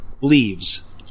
leaves